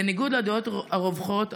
בניגוד לדעות הרווחות,